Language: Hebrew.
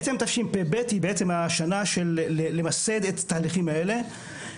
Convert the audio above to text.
תשפ"ב היא בעצם השנה של למסד את התהליכים האלה.